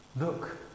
Look